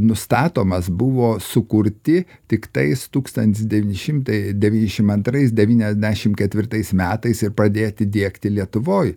nustatomas buvo sukurti tiktais tūkstantis devyni šimtai devyniasdešimt antrais devyniasdešimt ketvirtais metais ir pradėti diegti lietuvoj